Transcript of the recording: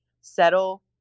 settle